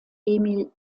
emil